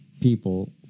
people